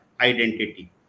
identity